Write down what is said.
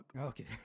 Okay